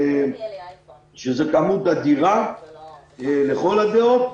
שזה כמות אדירה לכל הדעות.